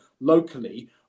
locally